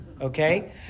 Okay